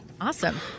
Awesome